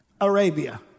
Arabia